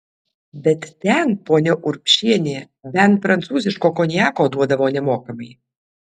bet ten ponia urbšienė bent prancūziško konjako duodavo nemokamai